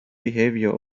behavior